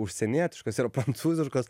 užsienietiškos yra prancūziškos